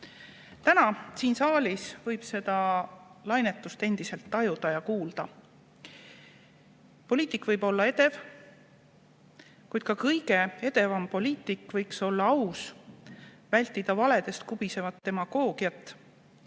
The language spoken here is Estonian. võib siin saalis seda lainetust endiselt tajuda ja kuulda. Poliitik võib olla edev, kuid ka kõige edevam poliitik võiks olla aus, vältida valedest kubisevat demagoogiat,